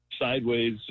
sideways